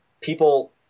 people